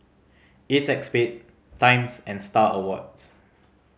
Acexspade Times and Star Awards